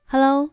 Hello